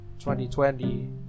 2020